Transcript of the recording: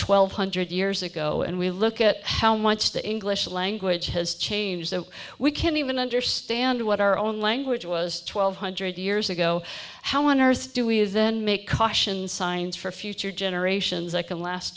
twelve hundred years ago and we look at how much the english language has changed so we can even understand what our own language was twelve hundred years ago how on earth do we then make caution signs for future generations i can last